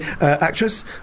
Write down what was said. Actress